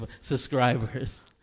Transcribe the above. subscribers